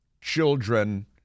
children